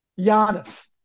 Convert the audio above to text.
Giannis